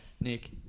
Nick